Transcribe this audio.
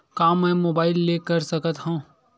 का मै मोबाइल ले कर सकत हव?